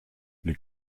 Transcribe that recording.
les